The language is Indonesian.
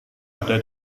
ada